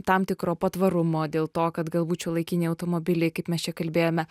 tam tikro patvarumo dėl to kad galbūt šiuolaikiniai automobiliai kaip mes čia kalbėjome